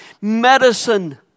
medicine